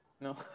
No